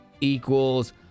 equals